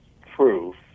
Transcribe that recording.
proof